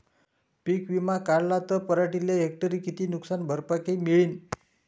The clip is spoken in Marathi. पीक विमा काढला त पराटीले हेक्टरी किती नुकसान भरपाई मिळीनं?